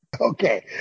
Okay